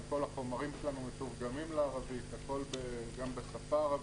גם כל החומרים מתורגמים לשפה הערבית.